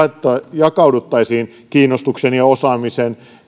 jakauduttaisiin kiinnostuksen ja osaamisen